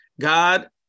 God